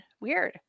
Weird